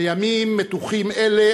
בימים מתוחים אלה,